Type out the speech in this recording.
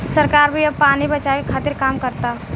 सरकार भी अब पानी बचावे के खातिर काम करता